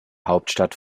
hauptstadt